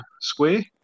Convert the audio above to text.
square